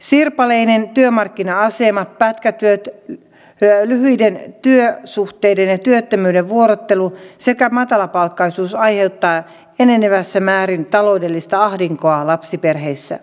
sirpaleinen työmarkkina asema pätkätyöt lyhyiden työsuhteiden ja työttömyyden vuorottelu sekä matalapalkkaisuus aiheuttavat enenevässä määrin taloudellista ahdinkoa lapsiperheissä